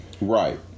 Right